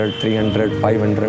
300-500